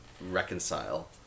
reconcile